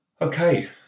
okay